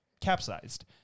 capsized